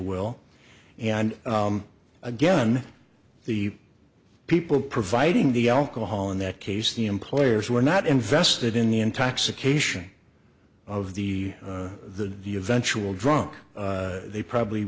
will and again the people providing the alcohol in that case the employers were not invested in the intoxication of the the eventual drunk they probably